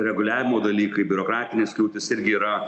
reguliavimo dalykai biurokratinės kliūtys irgi yra